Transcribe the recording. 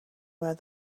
where